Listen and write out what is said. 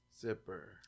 zipper